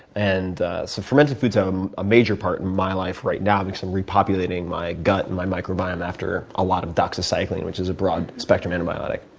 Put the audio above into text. and so fermented foods have um a major part in my life right now because i'm repopulating my gut and my micro biome after a lot of doxycycline, which is a broad spectrum antibiotic.